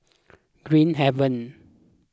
Green Haven